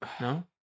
No